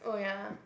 oh ya